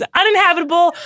uninhabitable